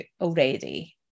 already